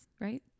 right